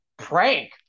prank